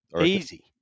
Easy